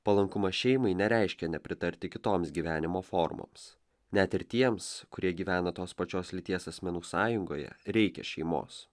palankumas šeimai nereiškia nepritarti kitoms gyvenimo formoms net ir tiems kurie gyvena tos pačios lyties asmenų sąjungoje reikia šeimos